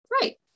Right